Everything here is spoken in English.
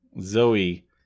Zoe